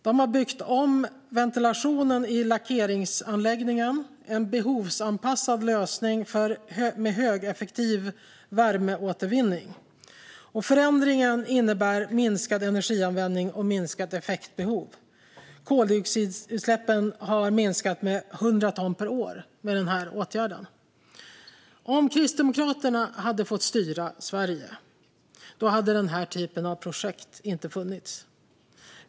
De har byggt om ventilationen i lackeringsanläggningen till en behovsanpassad lösning med högeffektiv värmeåtervinning. Förändringen innebär minskad energianvändning och minskat effektbehov. Koldioxidutsläppen har genom den åtgärden minskat med 100 ton per år. Om Kristdemokraterna hade fått styra Sverige hade den typen av projekt inte funnits.